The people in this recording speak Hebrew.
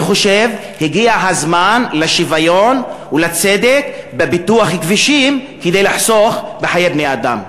אני חושב שהגיע הזמן לשוויון ולצדק בפיתוח כבישים כדי לחסוך בחיי אדם.